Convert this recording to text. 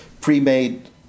pre-made